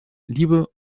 liebe